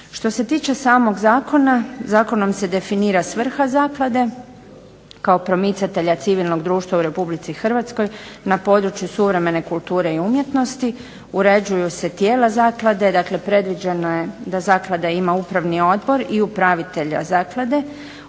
Što se tiče samog zakona, zakonom se definira svrha zaklade, kao promicatelja civilnog društva u Republici Hrvatskoj, na području suvremene kulture i umjetnosti, uređuju se tijela zaklade, dakle predviđeno je da zaklada ima upravni odbor i upravitelja zaklade.